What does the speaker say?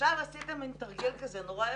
עכשיו עשיתם תרגיל נורא יפה.